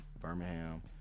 Birmingham